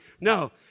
No